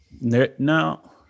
No